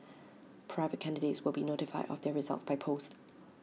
private candidates will be notified of their results by post